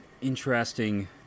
interesting